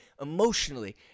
emotionally